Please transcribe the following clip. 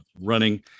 running